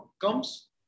comes